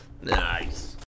Nice